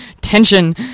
tension